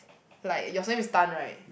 like your surname is Tan right